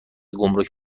گمرگ